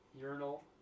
urinal